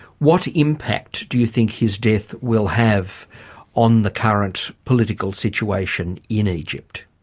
what impact do you think his death will have on the current political situation in egypt?